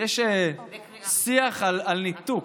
יש שיח על ניתוק,